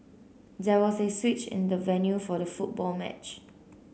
there was a switch in the venue for the football match